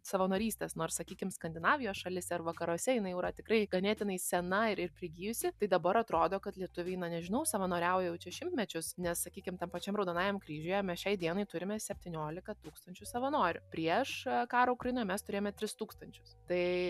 savanorystės nors sakykim skandinavijos šalyse ar vakaruose jinai jau yra tikrai ganėtinai sena ir ir prigijusi tai dabar atrodo kad lietuviai na nežinau savanoriauja jau čia šimtmečius nes sakykim tam pačiam raudonajam kryžiuje mes šiai dienai turime septyniolika tūkstančių savanorių prieš karą ukrainoj mes turėjome tris tūkstančius tai